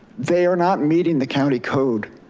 they are not meeting the county code.